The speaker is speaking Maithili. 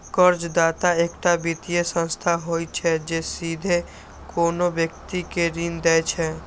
कर्जदाता एकटा वित्तीय संस्था होइ छै, जे सीधे कोनो व्यक्ति कें ऋण दै छै